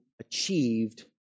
achieved